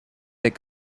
that